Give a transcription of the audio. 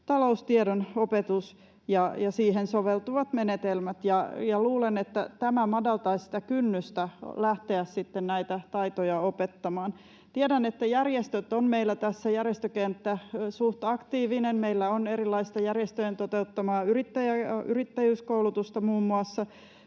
taloustiedon opetus ja siihen soveltuvat menetelmät. Luulen, että tämä madaltaa sitä kynnystä lähteä sitten näitä taitoja opettamaan. Tiedän, että järjestökenttä on meillä tässä suht aktiivinen. Meillä on muun muassa erilaista järjestöjen toteuttamaa yrittäjyyskoulutusta, ja